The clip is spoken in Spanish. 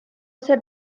ser